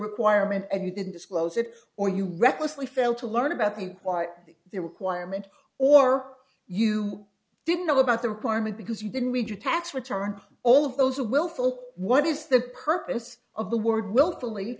requirement and you didn't disclose it or you recklessly failed to learn about it quite the requirement or you didn't know about the requirement because you didn't read your tax returns all of those a willful what is the purpose of the word willfully